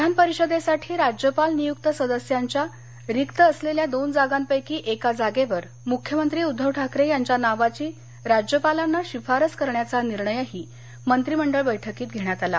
विधानपरिषदेसाठी राज्यपाल नियूक्त सदस्यांच्या रिक्त असलेल्या दोन जागांपैकी एका जागेवर मूख्यमंत्री उद्धव ठाकरे यांच्या नावाची राज्यपालांना शिफारस करण्याचा निर्णयही मंत्रिमंडळ बैठकीत घेण्यात आला